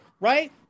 right